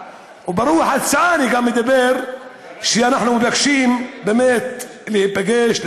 וברוח ההצעה אני גם אומר שאנחנו מבקשים באמת להיפגש,